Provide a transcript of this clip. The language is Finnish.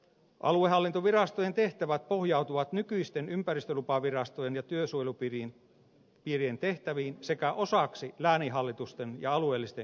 aluehallintovirastojen tehtävät pohjautuvat nykyisten ympäristölupavirastojen ja työsuojelupiirien tehtäviin sekä osaksi lääninhallitusten ja alueellisten ympäristökeskusten tehtäviin